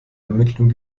ermittlung